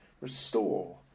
restore